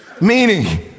Meaning